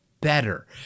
better